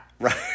right